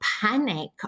panic